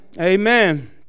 Amen